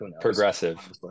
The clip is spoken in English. Progressive